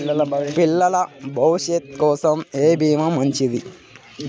పిల్లల భవిష్యత్ కోసం ఏ భీమా మంచిది?